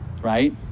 right